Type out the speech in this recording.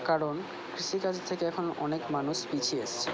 কারণ কৃষিকাজ থেকে এখন অনেক মানুষ পিছিয়ে এসেছে